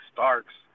Starks